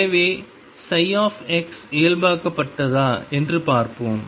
எனவே ψ இயல்பாக்கப்பட்டதா என்று பார்ப்போம்